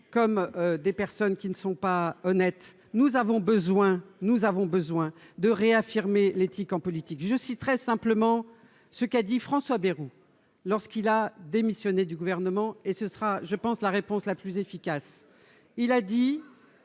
comme des personnes qui ne sont pas honnêtes, nous avons besoin, nous avons besoin de réaffirmer l'éthique en politique, je citerai simplement ce qu'a dit François Bayrou lorsqu'il a démissionné du gouvernement, et ce sera je pense la réponse la plus efficace, il a dit